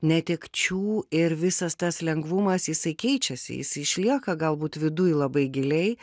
netekčių ir visas tas lengvumas jisai keičiasi jis išlieka galbūt viduj labai giliai